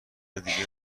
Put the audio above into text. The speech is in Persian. دیگه